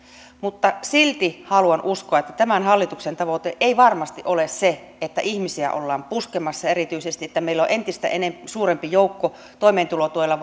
silti haluan uskoa että tämän hallituksen tavoite ei varmasti ole se että ihmisiä ollaan puskemassa erityisesti että meillä on entistä entistä suurempi joukko toimeentulotuella